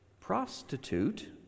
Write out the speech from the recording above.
prostitute